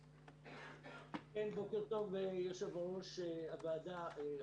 בוקר טוב יושב ראש הוועדה.